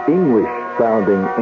English-sounding